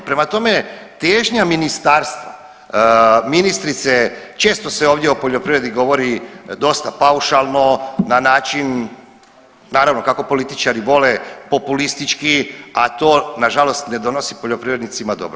Prema tome, težnja ministarstva, ministrice često se ovdje o poljoprivredi govori dosta paušalno na način naravno kako političari vole, populistički, a to nažalost ne donosi poljoprivrednicima dobro.